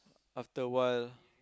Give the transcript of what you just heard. after a while